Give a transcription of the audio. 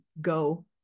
go